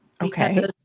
Okay